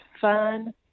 fun